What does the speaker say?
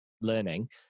learning